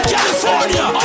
California